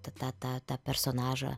tą tą tą tą personažą